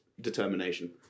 determination